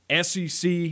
SEC